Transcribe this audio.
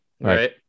Right